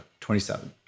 27